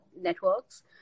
networks